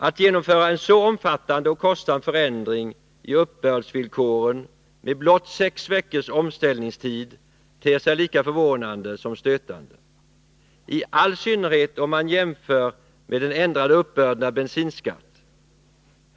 Att genomföra en så omfattande och kostsam förändring i uppbördsvillkoren med blott sex veckors omställningstid ter sig lika förvånande som stötande, i all synnerhet om man jämför med den ändrade uppbörden av bensinskatt.